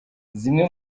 zimwe